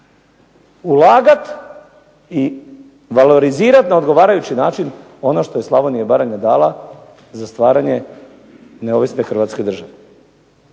ulagati i valorizirati na odgovarajući način ono što je Slavonija i Branja dala za stvaranje neovisne Hrvatske države.